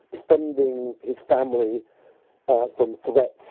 defending his family from threats,